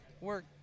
work